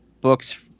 books